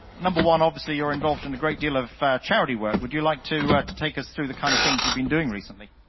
number one, obviously, you're involved in a great deal of charity work. would you like to to take us through the kind of things you've been doing recently?